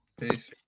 Peace